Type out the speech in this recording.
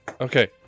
Okay